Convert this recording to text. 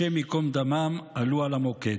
השם ייקום דמם, עלו על המוקד.